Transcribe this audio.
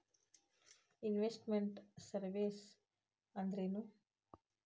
Invest made services ಅಂದ್ರೇನು?